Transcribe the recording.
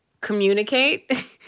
communicate